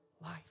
life